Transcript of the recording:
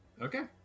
Okay